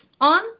on